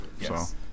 Yes